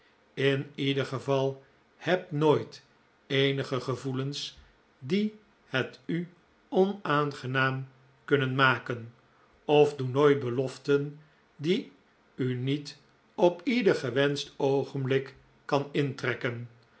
in ieder geval heb nooit eenige gevoelens die het u onaangenaam kunnen maken of doe nooit beloften die u niet op ieder gewenscht oogenblik kan intrekken